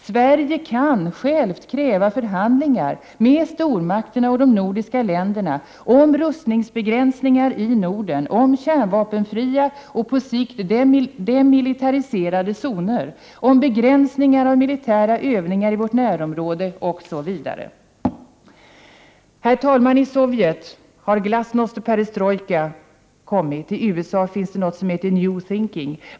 Sverige kan själv kräva förhandlingar med stormakterna och de nordiska länderna om rustningsbegränsning i Norden, om kärnvapenfria och på sikt demilitariserade zoner, om begränsningar av militära övningar i vårt närområde osv. Herr talman! I Sovjet har glasnost och perestrojka kommit och i USA finns något som heter ”new thinking”.